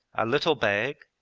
a little bag,